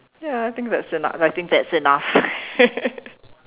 ya I think that's enough I think that's enough